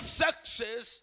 success